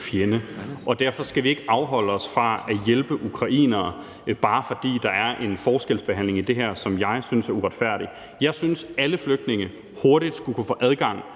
fjende. Derfor skal vi ikke afholde os fra at hjælpe ukrainere, bare fordi der er en forskelsbehandling i det her, som jeg synes er uretfærdig. Jeg synes, at alle flygtninge hurtigt skulle kunne få adgang